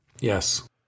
Yes